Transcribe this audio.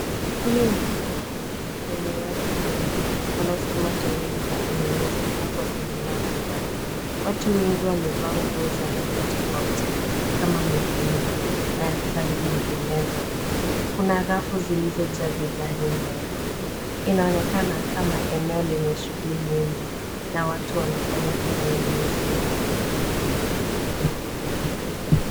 Hili ni duka kuu lenye watu wengi wanaosukuma toroli za ununuzi huku wakinunua bidhaa. Watu wengi wamevaa nguo za rangi tofauti, kama nyekundu na rangi nyinginezo. Kuna rafu zilizojaa bidhaa nyuma yao. Inaonekana kama eneo lenye shughuli nyingi na watu wanafanya manunuzi yao.